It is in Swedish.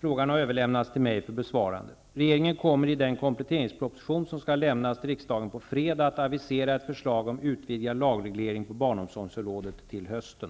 Frågan har överlämnats till mig för besvarande. Regeringen kommer i den kompletteringsproposition som skall lämnas till riksdagen på fredag att avisera ett förslag om utvidgad lagreglering på barnomsorgsområdet till hösten.